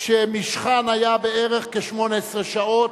שמשכן היה בערך 18 שעות,